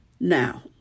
Now